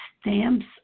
stamps